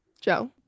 Joe